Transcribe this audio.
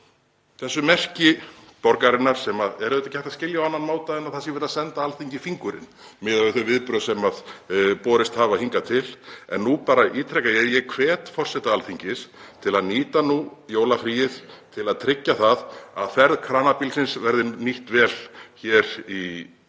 þessu merki borgarinnar burt sem er ekki hægt að skilja á annan máta en að verið sé að senda Alþingi fingurinn miðað við þau viðbrögð sem borist hafa hingað til. En nú bara ítreka ég að ég hvet forseta Alþingis til að nýta jólafríið til að tryggja að ferð kranabílsins verði nýtt vel í janúar